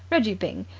reggie byng.